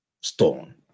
stone